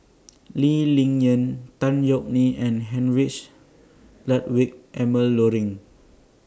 Lee Ling Yen Tan Yeok Nee and Heinrich Ludwig Emil Luering